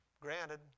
granted